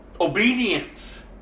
Obedience